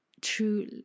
true